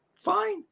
Fine